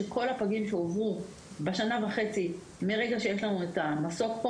שכל הפגים שהועברו בשנה וחצי מרגע שיש לנו פה את המסוק,